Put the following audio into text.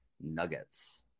Nuggets